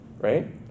right